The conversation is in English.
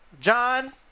John